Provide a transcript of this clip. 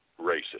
racist